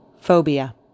Phobia